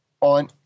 on